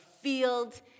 field